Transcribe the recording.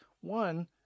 One